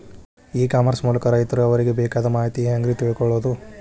E commerce ಮೂಲಕ ರೈತರು ಅವರಿಗೆ ಬೇಕಾದ ಮಾಹಿತಿ ಹ್ಯಾಂಗ ರೇ ತಿಳ್ಕೊಳೋದು?